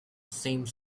seems